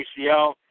ACL